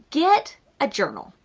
get a journal.